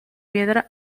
piedra